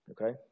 Okay